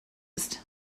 used